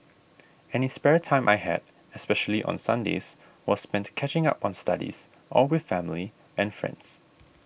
any spare time I had especially on Sundays was spent catching up on studies or with family and friends